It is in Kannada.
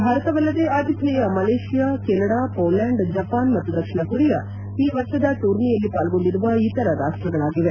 ಭಾರತವಲ್ಲದೆ ಆತಿಥೇಯ ಮಲೇಷ್ಲಾ ಕೆನಡಾ ಪೋಲೆಂಡ್ ಜಪಾನ್ ಮತ್ತು ದಕ್ಷಿಣ ಕೊರಿಯಾ ಈ ವರ್ಷದ ಟೂರ್ನಿಯಲ್ಲಿ ಪಾಲ್ಗೊಂಡಿರುವ ಇತರ ರಾಷ್ಸಗಳಾಗಿವೆ